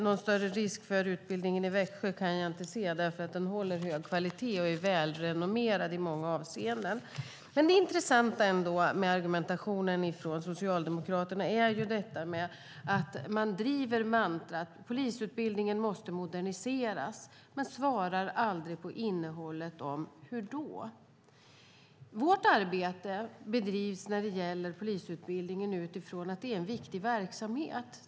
Någon större risk för utbildningen i Växjö kan jag inte se. Den håller hög kvalitet och är välrenommerad i många avseenden. Det intressanta med argumentationen från Socialdemokraterna är detta med att de driver mantrat: Polisutbildningen måste moderniseras. Men de svarar aldrig på frågan om innehållet: Hur då? Vårt arbete när det gäller polisutbildningen bedrivs utifrån att det är en viktig verksamhet.